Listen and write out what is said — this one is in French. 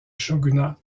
shogunat